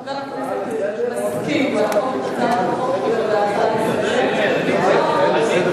חבר הכנסת מסכים להפוך את הצעת החוק להצעה לסדר-היום.